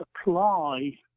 apply